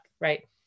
right